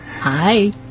Hi